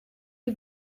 die